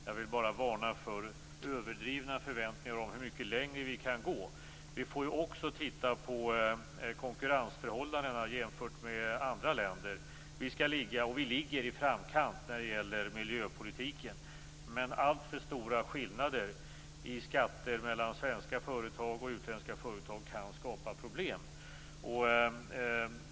Jag vill bara varna för överdrivna förväntningar på hur mycket längre vi kan gå. Vi får ju också titta på konkurrensförhållandena jämfört med andra länder. Vi skall ligga, och vi ligger, i framkant när det gäller miljöpolitiken. Men alltför stora skillnader i skatter mellan svenska företag och utländska företag kan skapa problem.